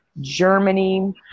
Germany